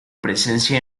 presencia